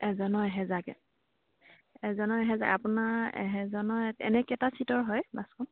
এজনৰ এহেজাৰকৈ এজনৰ এহেজাৰ আপোনাৰ এহেজনৰ এনে কেইটা ছিটৰ হয় বাছখন